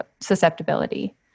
susceptibility